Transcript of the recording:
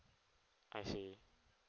I see